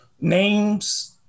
names